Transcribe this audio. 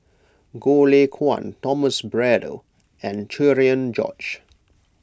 Goh Lay Kuan Thomas Braddell and Cherian George